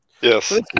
Yes